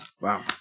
Wow